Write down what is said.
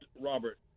Robert